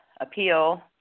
appeal